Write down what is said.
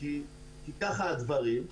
כי ככה הדברים,